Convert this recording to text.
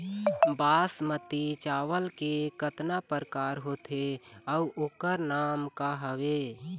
बासमती चावल के कतना प्रकार होथे अउ ओकर नाम क हवे?